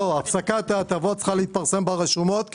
הפסקת ההטבות צריכה להתפרסם ברשומות,